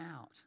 out